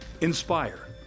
Inspire